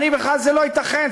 בכלל זה לא ייתכן,